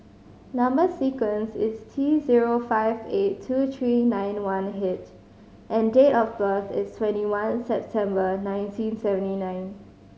number sequence is T zero five eight two three nine one H and date of birth is twenty one September nineteen seventy nine